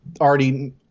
already